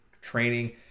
training